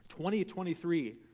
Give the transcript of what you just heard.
2023